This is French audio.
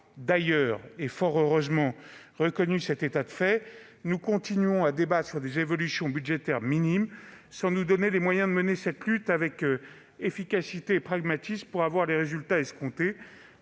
d'ailleurs, et fort heureusement, reconnu cet état de fait, nous continuons à débattre sur des évolutions budgétaires minimes sans nous donner les moyens de mener cette lutte avec efficacité et pragmatisme afin d'obtenir les résultats escomptés.